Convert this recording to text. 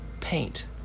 paint